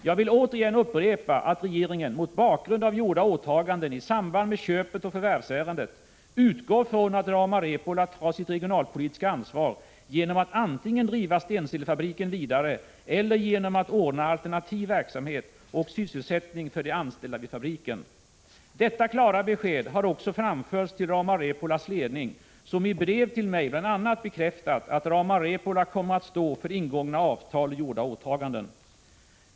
Jag vill återigen upprepa att regeringen, mot bakgrund av gjorda åtaganden i samband med köpet och förvärvsärendet, utgår från att Rauma Repola tar sitt regionalpolitiska ansvar genom att antingen driva Stenselefabriken vidare eller genom att ordna alternativ verksamhet och sysselsättning för de anställda vid fabriken. Detta klara besked har också framförts till Rauma Repolas ledning, som i brev till mig bl.a. bekräftat att Rauma Repola kommer att stå för ingångna avtal och gjorda åtaganden.